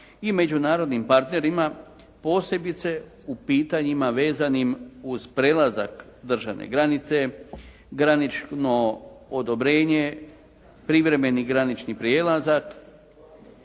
i međunarodnim partnerima, posebice u pitanjima vezanim uz prelazak državne granice, granično odobrenje, privremeni granični prijelazak.